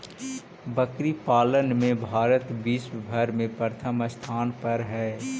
बकरी पालन में भारत विश्व भर में प्रथम स्थान पर हई